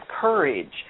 courage